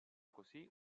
così